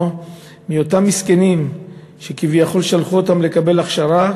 מאותם מסכנים שכביכול שלחו אותם לקבל הכשרה,